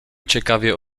ciekawie